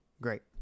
great